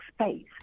space